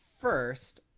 first